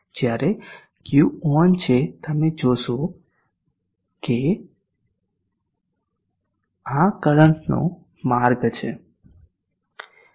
જ્યારે Q on છે તમે જોશો કે આ કરંટ માટેનો માર્ગ છે